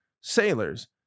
sailors